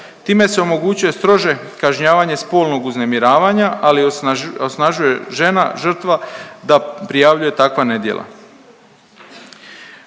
Time se omogućuje strože kažnjavanje spolnog uznemiravanja, ali osnažuje žena žrtva da prijavljuje takva nedjela.